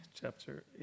Chapter